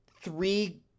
three